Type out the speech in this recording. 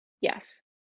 Yes